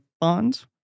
Bond